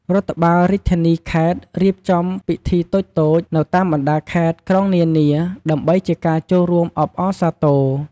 រដ្ឋបាលរាជធានី-ខេត្ត រៀបចំពិធីតូចៗនៅតាមបណ្ដាខេត្ត-ក្រុងនានា ដើម្បីជាការចូលរួមអបអរសារទរ។